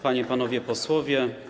Panie, Panowie Posłowie!